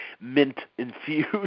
mint-infused